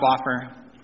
offer